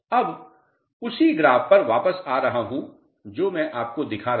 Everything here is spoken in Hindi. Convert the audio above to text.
अब उसी ग्राफ पर वापस आ रहा हूं जो मैं आपको दिखा रहा था